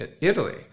Italy